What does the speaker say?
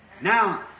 Now